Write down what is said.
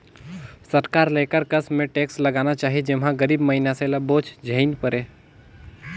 सरकार ल एकर कस में टेक्स लगाना चाही जेम्हां गरीब मइनसे ल बोझ झेइन परे